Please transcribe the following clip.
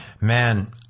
Man